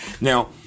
Now